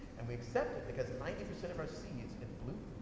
and we accept it because ninety percent of our seeds, in blue,